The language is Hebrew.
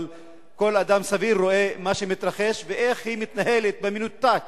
אבל כל אדם סביר רואה מה שמתרחש ואיך היא מתנהלת במנותק